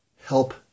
help